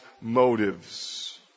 motives